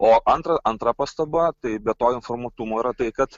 o antra antra pastaba tai be to informuotumo yra tai kad